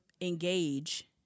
engage